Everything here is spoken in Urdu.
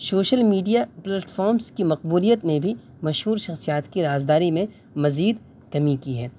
شوشل میڈیا پلیٹفارمس کی مقبولیت نے بھی مشہور شخصیات کی رازداری میں مزید کمی کی ہے